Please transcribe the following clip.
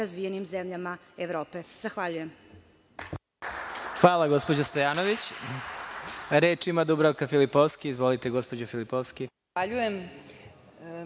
razvijenim zemljama Evrope. Zahvaljujem.